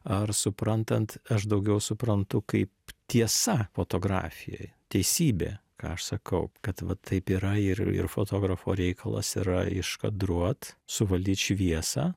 ar suprantant aš daugiau suprantu kaip tiesa fotografijoj teisybė ką aš sakau kad va taip yra ir ir fotografo reikalas yra iškadruot suvaldyt šviesą